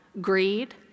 greed